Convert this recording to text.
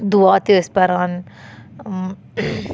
دُعا تہِ ٲسۍ پَران